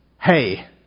Hey